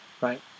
Right